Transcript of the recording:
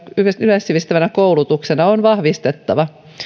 yleissivistävänä koulutuksena on vahvistettava